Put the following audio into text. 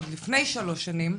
עוד לפני שלוש שנים,